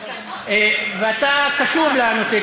ואתה קשור לנושא,